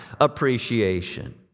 appreciation